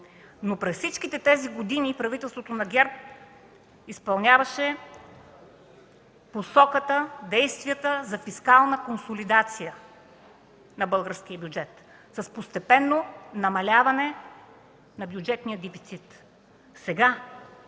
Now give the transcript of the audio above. През всички тези години правителството на ГЕРБ изпълняваше посоката, действията за фискална консолидация на българския бюджет с постепенно намаляване на бюджетния дефицит. Сега